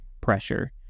pressure